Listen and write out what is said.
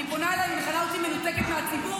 היא פונה אליי ומכנה אותי "מנותקת מהציבור".